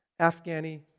Afghani